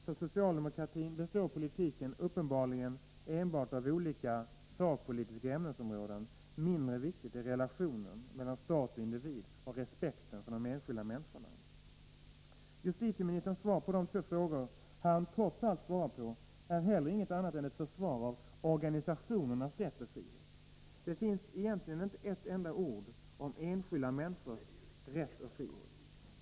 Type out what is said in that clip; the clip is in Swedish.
För socialdemokratin består politiken enbart av olika sakpolitiska ämnesområden. Mindre viktigt är relationen mellan stat och individ och respekten för de enskilda människorna. Justitieministerns svar på de två frågor han trots allt besvarat är heller inget annat än ett försvar av organisationernas rätt och frihet. Där finns egentligen inte ett enda ord om enskilda människors rätt och frihet.